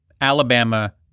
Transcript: Alabama